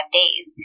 days